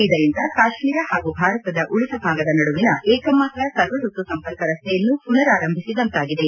ಇದರಿಂದ ಕಾಶ್ಮೀರ ಹಾಗೂ ಭಾರತದ ಉಳಿದ ಭಾಗದ ನಡುವಿನ ಏಕಮಾತ್ರ ಸರ್ವಾಋತು ಸಂಪರ್ಕ ರಸ್ತೆಯನ್ನು ಪುನರಾರಂಭಿಸಿದಂತಾಗಿದೆ